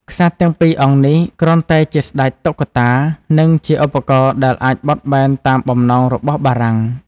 ក្សត្រទាំងពីរអង្គនេះគ្រាន់តែជាស្តេចតុក្កតា និងជាឧបករណ៍ដែលអាចបត់បែនតាមបំណងរបស់បារាំង។